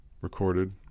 recorded